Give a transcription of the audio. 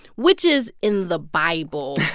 which is in the bible